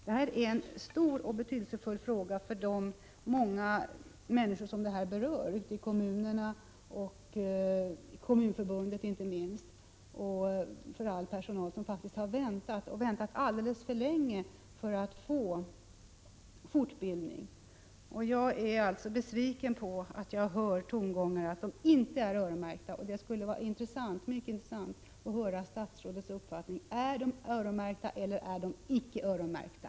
Det är en stor och betydelsefull fråga för de många människor som berörs ute i kommunerna, inte minst i Kommunförbundet, och för all personal som faktiskt har väntat alldeles för länge på att få fortbildning. Jag är alltså besviken när jag hör tongångar om att de inte är öronmärkta. Det skulle vara mycket intressant att få höra statsrådets uppfattning: är de öronmärkta, eller är de icke öronmärkta?